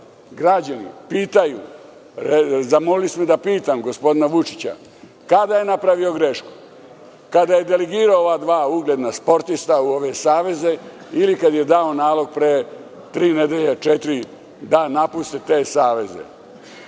građani su me zamolili da pitam gospodina Vučića - kada je napravio grešku, kada je delegirao ova dva ugledna sportista u ove saveze, ili kada je dao nalog pre tri-četiri nedelje da napuste te saveze? Imam